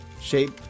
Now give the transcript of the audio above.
shape